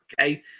okay